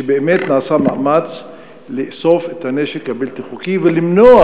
מתי ייעשה מאמץ לאסוף את הנשק הבלתי-חוקי ולמנוע